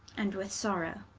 and with sorrow